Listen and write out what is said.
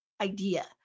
idea